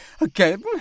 again